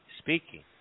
Speaking